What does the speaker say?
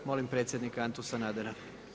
Molim predsjednika Antu Sanadera.